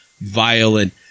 violent